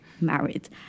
married